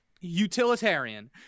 utilitarian